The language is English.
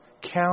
Count